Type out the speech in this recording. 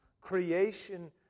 Creation